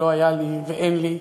ולא היה לי ואין לי,